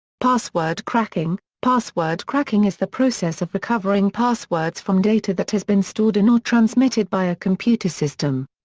password cracking password cracking is the process of recovering passwords from data that has been stored in or transmitted by a computer system.